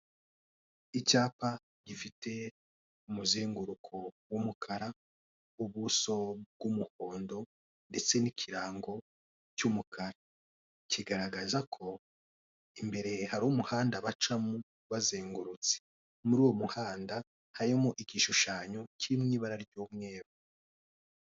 Icyapa gifite umuzenguruko w'umukara, ubuso bw'umuhondo ndetse n'ikirango cy'umukara kigaragaza ko imbere hari umuhanda bacamo bazengurutse, muri uwo muhanda harimo igishushanyo kiri mu ibara ry'umweru.